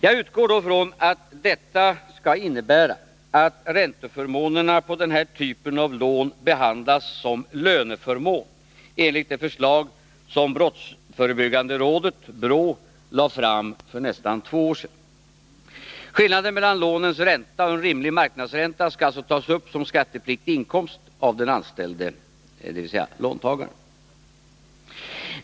Jag utgår då från att detta skall innebära att ränteförmånerna på den typen av lån behandlas som löneförmåner enligt det förslag som brottsförebyggande rådet, BRÅ, lade fram för nästan två år sedan. Skillnaden mellan lånens ränta och rimlig marknadsränta skall alltså tas upp som skattepliktig inkomst av den anställde, dvs. av låntagaren.